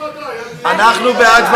אנחנו בעד ועדה.